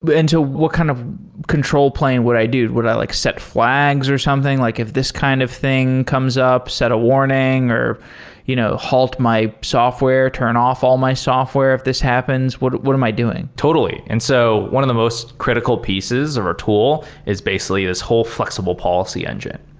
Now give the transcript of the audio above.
but and what kind of control plane would i do? would i like set flags or something? like if this kind of thing comes up, set a warning or you know halt my software. turn off all my software if this happens. what am i doing? totally. and so one of the most critical pieces of our tool is basically this whole flexible policy engine.